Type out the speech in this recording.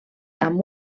amb